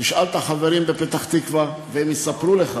תשאל את החברים בפתח-תקווה והם יספרו לך